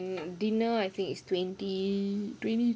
then dinner I think it's twenty twenty